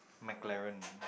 McLaren